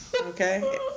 Okay